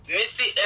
Missy